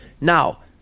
Now